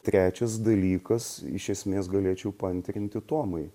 trečias dalykas iš esmės galėčiau paantrinti tomai